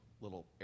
little